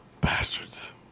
bastards